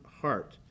heart